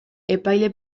epaile